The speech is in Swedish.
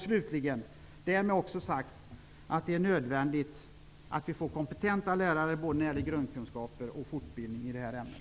Slutligen vill jag därmed ha sagt att det är nödvändigt att vi får kompetenta lärare när det gäller både grundkunskaper och fortbildning i det här ämnet.